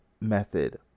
method